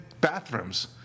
bathrooms